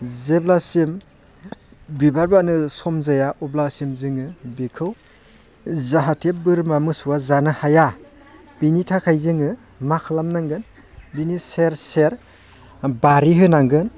जेब्लासिम बिबार बारनो सम जाया अब्लासिम जोङो बेखौ जाहाथे बोरमा मोसौआ जानो हाया बेनि थाखाय जोङो मा खालामनांगोन बिनि सेर सेर बारि होनांगोन